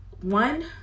one